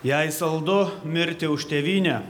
jei saldu mirti už tėvynę